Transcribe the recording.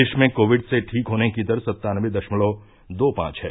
देश में कोविड से ठीक होने की दर सत्तानबे दशमलव दो पांच है